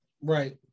right